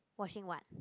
washing what